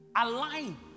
Align